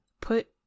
put